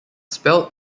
spelled